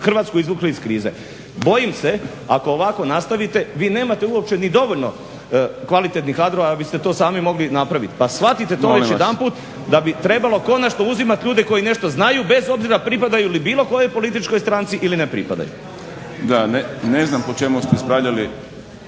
Hrvatsku izvukli iz krize. Bojim se ako ovako nastavite vi nemate uopće ni dovoljno kvalitetnih kadrova da biste to sami mogli napraviti. Pa shvatite to već jedanput da bi trebalo konačno uzimat ljude koji nešto znaju bez obzira pripadaju li bilo kojoj političkoj stranci ili ne pripadaju. **Šprem, Boris (SDP)** Da, ne znam po čemu ste ispravljali